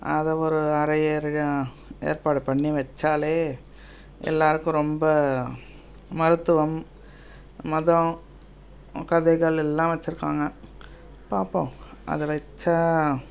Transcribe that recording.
அது ஒரு அறையே இருக்குது ஏற்பாடு பண்ணி வைச்சாலே எல்லாேருக்கும் ரொம்ப மருத்துவம் மதம் கதைகள் எல்லாம் வச்சுருக்காங்க பார்ப்போம் அதை வைச்சா